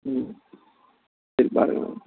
ம் சரி பார்க்குறேன் நான்